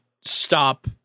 stop